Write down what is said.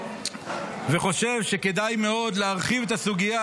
וחושב שכדאי מאוד להרחיב את הסוגיה